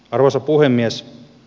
arvoisa puhemies